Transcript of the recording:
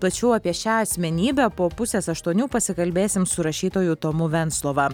plačiau apie šią asmenybę po pusės aštuonių pasikalbėsim su rašytoju tomu venclova